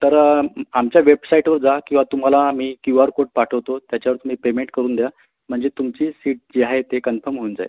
तर आमच्या वेबसाईटवर जा किंवा तुम्हाला मी क्यू आर कोड पाठवतो त्याच्यावर तुम्ही पेमेंट करून द्या म्हणजे तुमची सीट जी आहे ते कन्फम होऊन जाईल